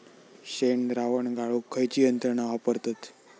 शेणद्रावण गाळूक खयची यंत्रणा वापरतत?